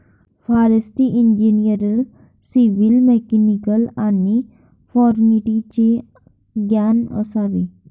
forestry इंजिनिअरला civil, mechanical आणि फॉरेस्ट्रीचे ज्ञान असावे